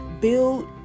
build